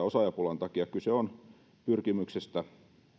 osaajapulan takia kyse on pyrkimyksestä